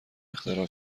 اختراع